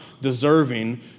deserving